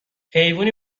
حیوونی